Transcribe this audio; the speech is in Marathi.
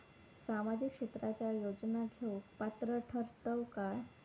सामाजिक क्षेत्राच्या योजना घेवुक पात्र ठरतव काय?